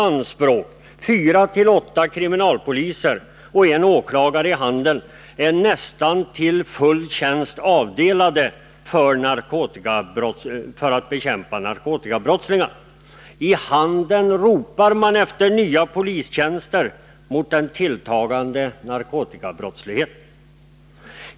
Fyra-åtta kriminalpoliser och en 121 åklagare i Handen är till nästan full tjänst avdelade för att bekämpa narkotikabrottslingarna. I Handen ropar man efter nya polistjänster för åtgärder mot den tilltagande narkotikabrottsligheten.